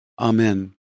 Amen